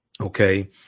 okay